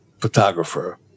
photographer